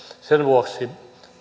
sen vuoksi